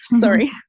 sorry